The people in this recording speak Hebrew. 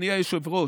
אדוני היושב-ראש,